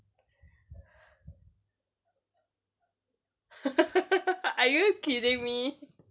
are you kidding me